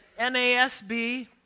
NASB